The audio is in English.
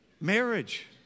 Marriage